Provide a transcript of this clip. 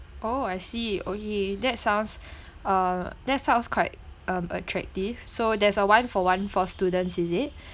oh I see okay that sounds uh that's sounds quite mm attractive so there's a one for one for students is it